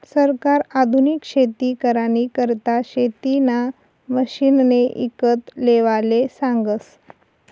सरकार आधुनिक शेती करानी करता शेतीना मशिने ईकत लेवाले सांगस